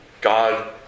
God